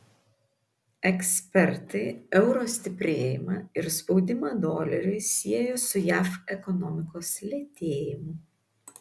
ekspertai euro stiprėjimą ir spaudimą doleriui siejo su jav ekonomikos lėtėjimu